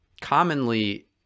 commonly